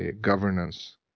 governance